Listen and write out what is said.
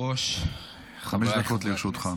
חמש דקות לרשותך.